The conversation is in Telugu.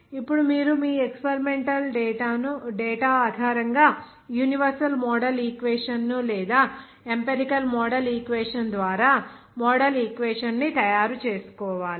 ఇప్పుడు మీరు మీ ఎక్స్పెరిమెంటల్ డేటా ఆధారంగా యూనివర్సల్ మోడల్ ఈక్వేషన్ లేదా ఎంపెరికల్ మోడల్ ఈక్వేషన్ ద్వారా మోడల్ ఈక్వేషన్ ని తయారు చేసుకోవాలి